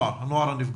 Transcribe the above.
הנפגע.